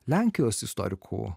lenkijos istorikų